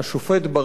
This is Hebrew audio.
השופט ברק,